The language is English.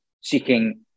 seeking